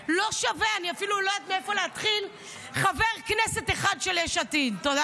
לפה ולהטיף ליש עתיד על ציונות,